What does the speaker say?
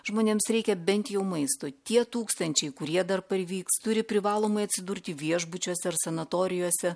žmonėms reikia bent jau maisto tie tūkstančiai kurie dar parvyks turi privalomai atsidurti viešbučiuose ar sanatorijose